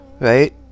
Right